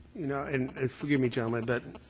you know, and forgive me, gentlemen, but